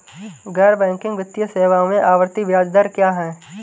गैर बैंकिंग वित्तीय सेवाओं में आवर्ती ब्याज दर क्या है?